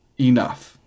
Enough